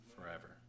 forever